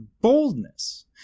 boldness